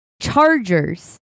Chargers